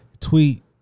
tweet